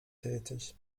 tätig